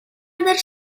other